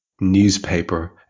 newspaper